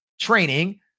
training